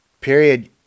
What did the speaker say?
period